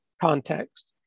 context